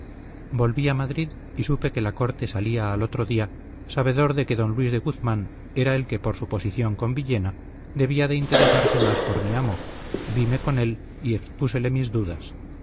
volví a madrid y supe que la corte salía al otro día sabedor de que don luis de guzmán era el que por su posición con villena debía de interesarse más por mi amo vime con él y expúsele mis dudas